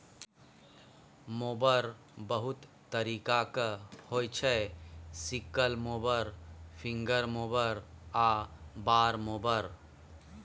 mower बहुत तरीकाक होइ छै सिकल मोबर, फिंगर मोबर आ बार मोबर